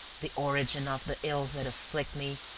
the origin of the ills that afflict me.